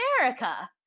America